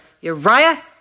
Uriah